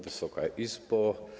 Wysoka Izbo!